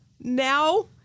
now